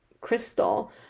crystal